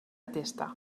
testa